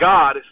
God